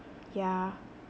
yeah